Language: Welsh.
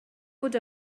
bod